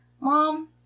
mom